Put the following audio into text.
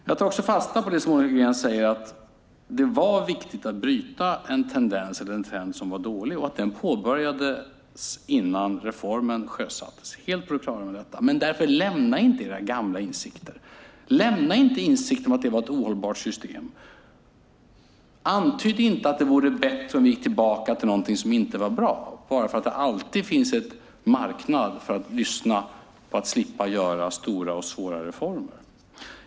Jag tar fasta på det Monica Green sade om att det var viktigt att bryta en trend som var dålig och att trendbrottet påbörjades innan reformen sjösattes. Jag är helt på det klara med det. Men lämna nu inte era gamla insikter om att det var ett ohållbart system. Antyd inte att det vore bättre om vi gick tillbaka till något som inte var bra - bara för att det alltid finns en marknad för att lyssna på att slippa göra stora och svåra reformer.